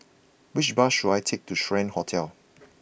which bus should I take to Strand Hotel